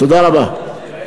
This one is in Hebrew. תודה רבה.